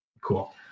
Cool